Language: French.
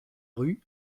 rue